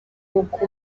uko